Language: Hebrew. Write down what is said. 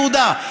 יהודה,